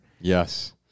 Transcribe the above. Yes